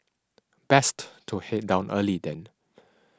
best to head down early then